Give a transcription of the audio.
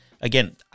Again